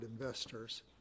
investors